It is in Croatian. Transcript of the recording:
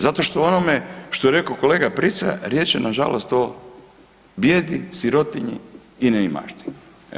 Zato što onome što je rekao kolega Prica riječ je na žalost o bijedi, sirotinji i neimaštini.